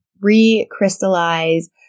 re-crystallize